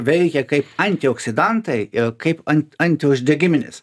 veikia kaip antioksidantai ir kaip ant ant uždegiminės